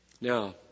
Now